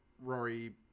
Rory